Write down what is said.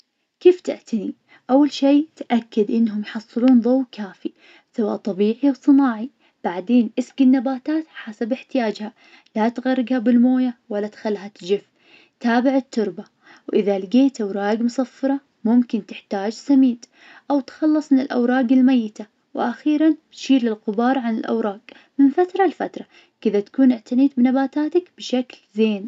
كيف تعتني؟ أول شي تأكد انهم يحصلون ضو كافي, سواء طبيعي أو صناعي, بعدين اسجي النباتات حسب احتياجها, لا تغرقها بالمويه ولا تخلها تجف, تابع التربة, وإذا لقيت اوراقه صفرة ممكن تحتاج سميد, أو تخلص من الأوراق الميتة, وأخيراً تشيل الغبار عن الأوراق من فترة لفترة, كذا تكون اعتنيت بنباتاتك بشكل زين.